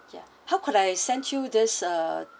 ya how could I sent you this uh